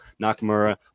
nakamura